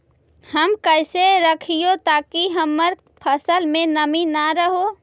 हम कैसे रखिये ताकी हमर फ़सल में नमी न रहै?